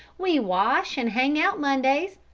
we wash and hang out mondays,